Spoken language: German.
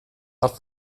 art